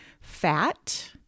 fat